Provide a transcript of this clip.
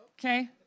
Okay